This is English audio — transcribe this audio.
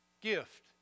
Gift